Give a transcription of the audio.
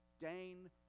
gain